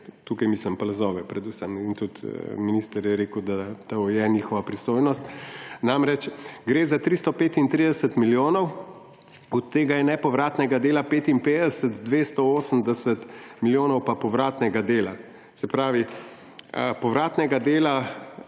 tu mislim predvsem na plazove, in tudi minister je rekel, da to je njihova pristojnost. Namreč, gre za 335 milijonov, od tega je nepovratnega dela 55, 280 milijonov pa povratnega dela. Se pravi, povratnega dela